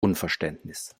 unverständnis